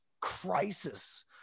crisis